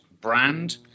brand